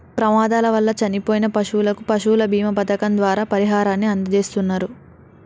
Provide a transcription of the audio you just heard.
ప్రమాదాల వల్ల చనిపోయిన పశువులకు పశువుల బీమా పథకం ద్వారా పరిహారాన్ని అందజేస్తున్నరు